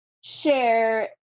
share